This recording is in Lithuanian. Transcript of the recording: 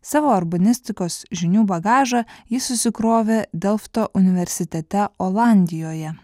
savo urbanistikos žinių bagažą ji susikrovė delfto universitete olandijoje